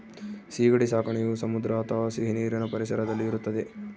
ಸೀಗಡಿ ಸಾಕಣೆಯು ಸಮುದ್ರ ಅಥವಾ ಸಿಹಿನೀರಿನ ಪರಿಸರದಲ್ಲಿ ಇರುತ್ತದೆ